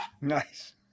Nice